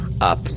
up